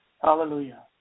Hallelujah